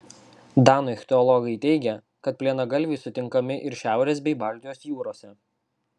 danų ichtiologai teigia kad plienagalviai sutinkami ir šiaurės bei baltijos jūrose